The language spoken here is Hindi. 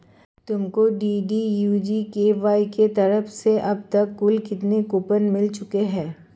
तुमको डी.डी.यू जी.के.वाई की तरफ से अब तक कुल कितने कूपन मिल चुके हैं?